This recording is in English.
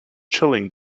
chilling